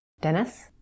Dennis